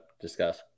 discuss